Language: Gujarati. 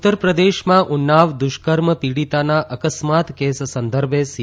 ઉત્તરપ્રદેશમાં ઉન્નાવ દુષ્કર્મ પીડીતાના અકસ્માત કેસ સંદર્ભે સી